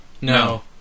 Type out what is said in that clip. No